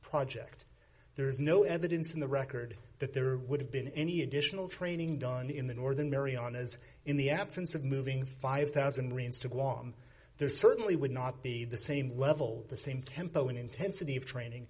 project there is no evidence in the record that there would have been any additional training done in the northern marianas in the absence of moving five thousand dollars marines to guam there certainly would not be the same level the same tempo and intensity of training